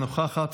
אינה נוכחת,